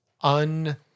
un-